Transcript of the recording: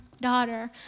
daughter